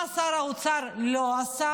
מה שר האוצר לא עשה?